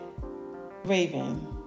Raven